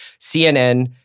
CNN